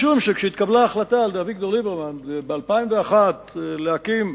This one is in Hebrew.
משום שכשהתקבלה החלטה של אביגדור ליברמן ב-2001 להקים